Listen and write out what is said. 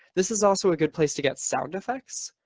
this is also a good place to get sound effects.